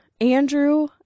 andrew